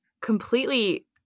completely